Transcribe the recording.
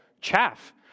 chaff